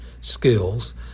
skills